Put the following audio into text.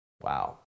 Wow